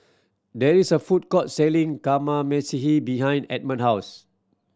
there is a food court selling Kamameshi behind Edmund's house